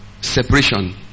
separation